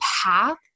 path